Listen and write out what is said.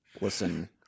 listen